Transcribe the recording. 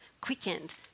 quickened